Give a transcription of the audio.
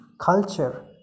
culture